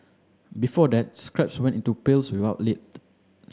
before that scraps went into pails without lid